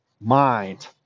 mind